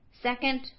Second